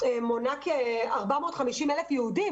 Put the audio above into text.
שמונה כ-450,000 יהודים